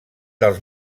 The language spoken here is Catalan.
dels